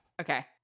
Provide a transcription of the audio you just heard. Okay